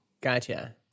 gotcha